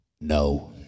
No